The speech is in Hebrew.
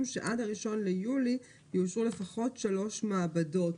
שעד ה-1 ביולי יאושרו לפחות שלוש מעבדות.